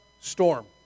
storm